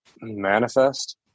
manifest